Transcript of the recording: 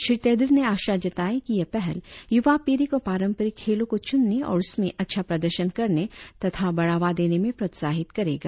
श्री तेदिर ने आशा जताई की यह पहल युवा पीढ़ी को पारंपरिक खेलों को चुनने और उसमें अच्छा प्रदर्शन करने तथा बढ़ावा देने में प्रोत्साहित करेगा